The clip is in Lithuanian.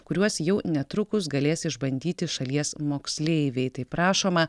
kuriuos jau netrukus galės išbandyti šalies moksleiviai taip rašoma